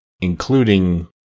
including